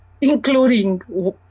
including